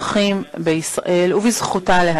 (הישיבה נפסקה בשעה 17:16 ונתחדשה בשעה